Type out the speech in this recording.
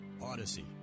Odyssey